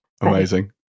Amazing